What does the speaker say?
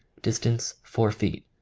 distance four feet.